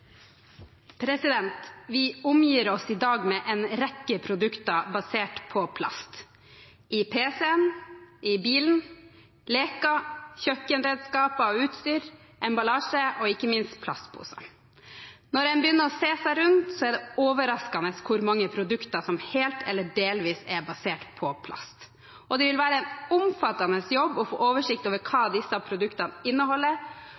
Vi omgir oss i dag med en rekke produkter basert på plast – i pc-en, bilen, leker, kjøkkenredskaper og utstyr, emballasje og ikke minst plastposer. Når en begynner å se seg rundt, er det overraskende hvor mange produkter som helt eller delvis er basert på plast. Det vil være en omfattende jobb å få oversikt over hva disse produktene inneholder,